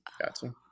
Gotcha